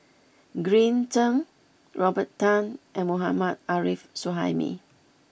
Green Zeng Robert Tan and Mohammad Arif Suhaimi